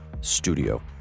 studio